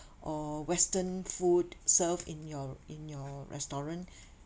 or western food served in your in your restaurant